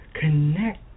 connect